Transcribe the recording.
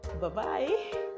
Bye-bye